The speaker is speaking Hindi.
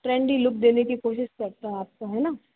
ट्रेंडी लुक देने की कोशिश करते है आपको है न